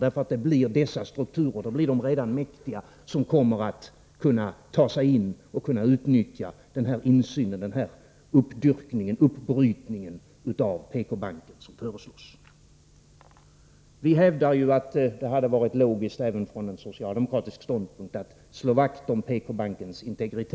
Det blir dessa strukturer, de redan mäktiga, som kommer att kunna ta sig in och utnyttja den uppbrytning av PK-banken som föreslås. Vi hävdar att det hade varit logiskt även från socialdemokratisk ståndpunkt att slå vakt om PK-bankens integritet.